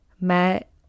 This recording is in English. met